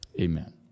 amen